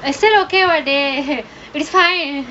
I said okay [what] dey it's fine